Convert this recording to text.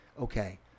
okay